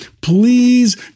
Please